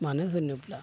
मानो होनोब्ला